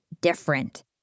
different